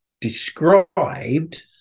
described